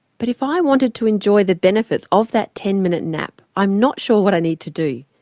but if i wanted to enjoy the benefits of that ten minute nap i'm not sure what i need to do.